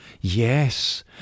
Yes